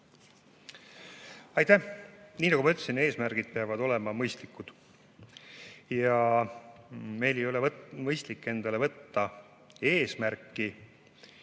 Aitäh! Nii nagu ma ütlesin, eesmärgid peavad olema mõistlikud ja meil ei ole mõistlik endale võtta eesmärki,